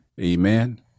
amen